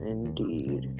Indeed